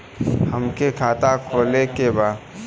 हमके खाता खोले के बा?